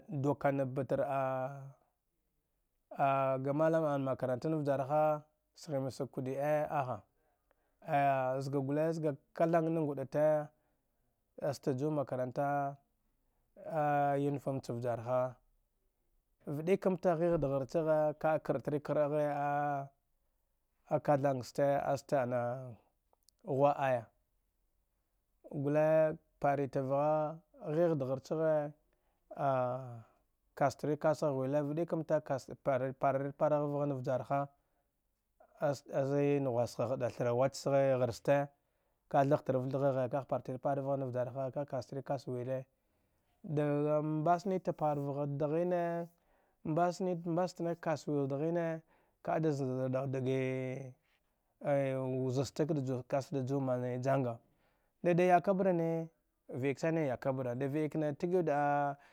Dukana batar ahaga malami a-ga mallan makaranta wuyarha sghma kodeɗe, a zugu guley zga a kathanga na nguɗa te aste jum makaranta uniform ce wuyarha. V'd'ekemata ka ee kritri kra ghe a kathangaste aste gha'aya guley parite v'gha ney wujarha azeyee naghwaska ghaɗa thra wa-ce-gharste, ka ee-thaghtiv-thaghe, kaghe partiri par vagha nay wujarha ka'ghe kas leri-kas ghe a wulin dee mbasne te parvagha daghyne aste mbasnaya kas-wule daghyne ka'a da zardaghar dage wuza ce kasda mann janga deda yaka bara ne biksane yakabrna debayak tiveɗa.